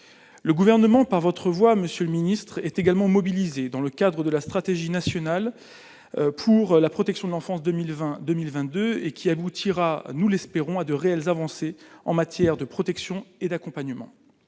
le gouvernement par votre voix, monsieur le ministre est également mobilisés dans le cadre de la stratégie nationale pour la protection de l'enfance 2020, 2000 22 et qui aboutira nous l'espérons, à de réelles avancées en matière de protection et d'accompagnement,